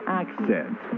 accent